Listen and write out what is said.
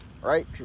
right